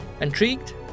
Intrigued